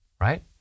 right